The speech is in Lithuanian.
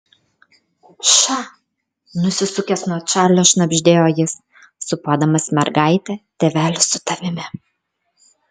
ša nusisukęs nuo čarlio šnabždėjo jis sūpuodamas mergaitę tėvelis su tavimi